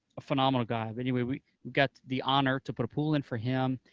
a phenomenal guy. but anyway, we got the honor to put a pool in for him,